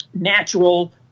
natural